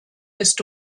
ist